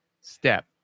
step